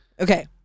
Okay